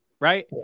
Right